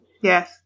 Yes